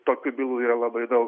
tokių bylų yra labai daug